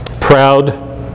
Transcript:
Proud